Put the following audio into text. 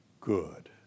good